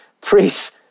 priests